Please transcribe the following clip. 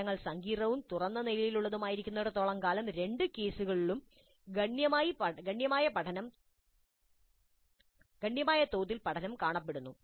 പ്രശ്നങ്ങൾ സങ്കീർണ്ണവും തുറന്ന നിലയിലുള്ളതുമായിരിക്കുന്നിടത്തോളം കാലം രണ്ട് കേസുകളിലും ഗണ്യമായ പഠനം തോതിൽ കാണപ്പെടുന്നു